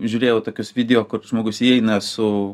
žiūrėjau tokius video kur žmogus įeina su